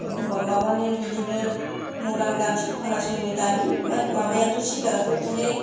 अखनबा माबानो बिदिनो मर्दान गान खोनासंनो दानि माबायाथ' सिंगाराथ' अनेक